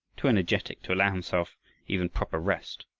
too energetic, to allow himself even proper rest.